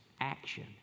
action